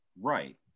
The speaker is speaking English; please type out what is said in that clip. Right